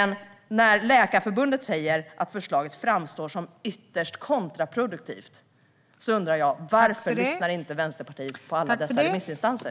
När Läkarförbundet säger att förslaget framstår som ytterst kontraproduktivt undrar jag varför Vänsterpartiet inte lyssnar på alla remissinstanser.